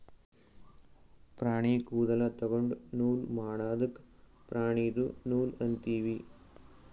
ಪ್ರಾಣಿ ಕೂದಲ ತೊಗೊಂಡು ನೂಲ್ ಮಾಡದ್ಕ್ ಪ್ರಾಣಿದು ನೂಲ್ ಅಂತೀವಿ